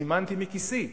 מימנתי מכיסי,